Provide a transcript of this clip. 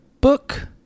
book